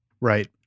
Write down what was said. Right